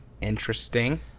Interesting